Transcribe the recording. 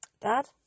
Dad